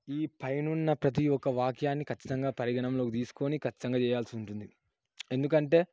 ఈ పైన ఉన్న ప్రతీ ఒక వాఖ్యాన్ని ఖచ్చితంగా పరిగణలోకి తీసుకొని ఖచ్చితంగా చేయాల్సి ఉంటుంది ఎందుకంటే